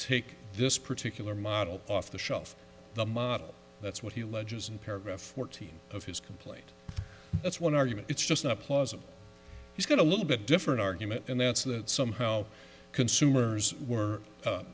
take this particular model off the shelf the model that's what he ledges and paragraph fourteen of his complaint that's one argument it's just not plausible he's got a little bit different argument and that's that somehow consumers were